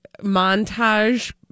montage